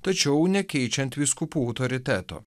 tačiau nekeičiant vyskupų autoriteto